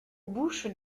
bouches